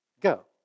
go